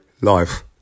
life